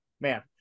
Man